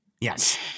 Yes